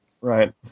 Right